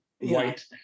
white